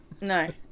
No